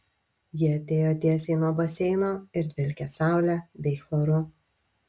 ji atėjo tiesiai nuo baseino ir dvelkė saule bei chloru